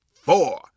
four